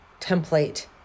template